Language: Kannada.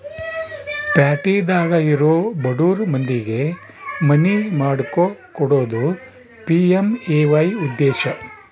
ಪ್ಯಾಟಿದಾಗ ಇರೊ ಬಡುರ್ ಮಂದಿಗೆ ಮನಿ ಮಾಡ್ಕೊಕೊಡೋದು ಪಿ.ಎಮ್.ಎ.ವೈ ಉದ್ದೇಶ